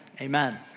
Amen